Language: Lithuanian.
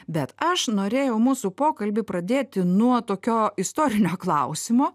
bet aš norėjau mūsų pokalbį pradėti nuo tokio istorinio klausimo